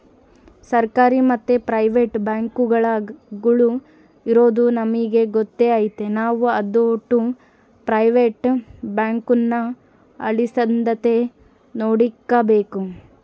ಸರ್ಕಾರಿ ಮತ್ತೆ ಪ್ರೈವೇಟ್ ಬ್ಯಾಂಕುಗುಳು ಇರದು ನಮಿಗೆ ಗೊತ್ತೇ ಐತೆ ನಾವು ಅದೋಟು ಪ್ರೈವೇಟ್ ಬ್ಯಾಂಕುನ ಅಳಿಸದಂತೆ ನೋಡಿಕಾಬೇಕು